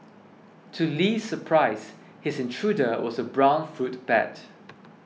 to Li's surprise his intruder was a brown fruit bat